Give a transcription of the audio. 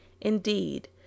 indeed